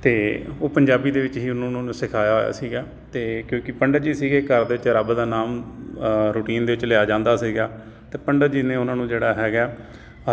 ਅਤੇ ਉਹ ਪੰਜਾਬੀ ਦੇ ਵਿੱਚ ਹੀ ਉਹਨਾਂ ਨੂੰ ਸਿਖਾਇਆ ਹੋਇਆ ਸੀਗਾ ਤੇ ਕਿਉਂਕਿ ਪੰਡਿਤ ਜੀ ਸੀਗੇ ਘਰ ਦੇ ਵਿੱਚ ਰੱਬ ਦਾ ਨਾਮ ਰੂਟੀਨ ਦੇ ਵਿੱਚ ਲਿਆ ਜਾਂਦਾ ਸੀਗਾ ਅਤੇ ਪੰਡਿਤ ਜੀ ਨੇ ਉਹਨਾਂ ਨੂੰ ਜਿਹੜਾ ਹੈਗਾ